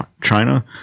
China